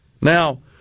Now